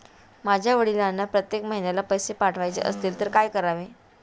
माझ्या वडिलांना प्रत्येक महिन्याला पैसे पाठवायचे असतील तर काय करावे?